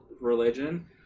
religion